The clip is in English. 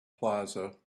plaza